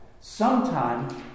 sometime